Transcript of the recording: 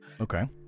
okay